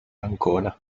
ancona